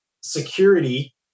security